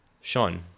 Sean